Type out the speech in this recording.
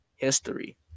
history